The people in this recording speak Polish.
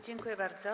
Dziękuję bardzo.